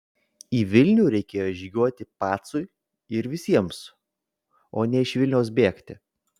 į vilnių reikėjo žygiuoti pacui ir visiems o ne iš vilniaus bėgti